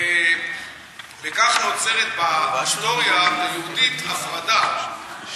וכך נוצרת בהיסטוריה היהודית הפרדה,